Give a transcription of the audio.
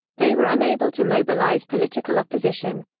they were unable to mobilize political opposition.